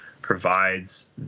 provides